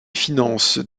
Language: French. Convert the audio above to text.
finances